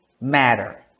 matter